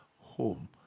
home